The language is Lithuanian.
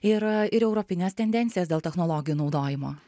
ir ir europines tendencijas dėl technologijų naudojimo